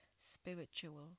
spiritual